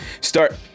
start